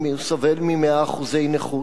אם הוא סובל מ-100% נכות,